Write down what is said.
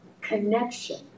Connection